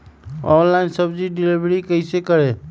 Online सब्जी deliver कैसे करें?